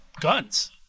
guns